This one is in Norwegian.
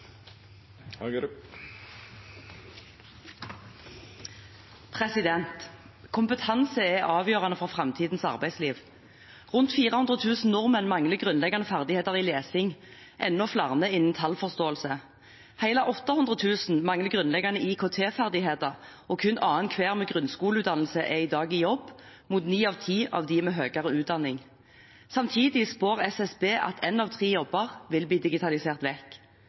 stjerne. Kompetanse er avgjørende for framtidens arbeidsliv. Rundt 400 000 nordmenn mangler grunnleggende ferdigheter i lesing, enda flere innenfor tallforståelse. Hele 800 000 mangler grunnleggende IKT-ferdigheter, og kun annenhver med grunnskoleutdannelse er i dag i jobb, mot ni av ti av dem med høyere utdanning. Samtidig spår SSB at én av tre jobber vil bli digitalisert